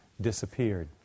disappeared